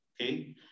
okay